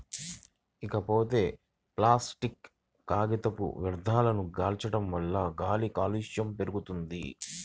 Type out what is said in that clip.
ఇకపోతే ప్లాసిట్ కాగితపు వ్యర్థాలను కాల్చడం వల్ల గాలి కాలుష్యం పెరుగుద్ది